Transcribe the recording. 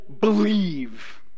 believe